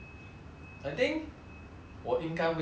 我应该会拿那个钱去买鞋 lah